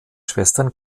schwestern